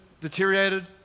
deteriorated